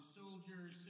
soldiers